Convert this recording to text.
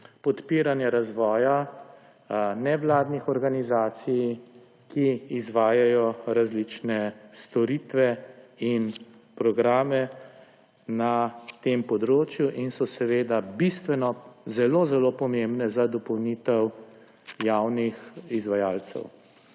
podpiranje razvoja nevladnih organizacij, ki izvajajo različne storitve in programe na tem področju in so zelo zelo pomembne za dopolnitev javnih izvajalcev.